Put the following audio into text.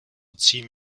ziehen